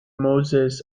moses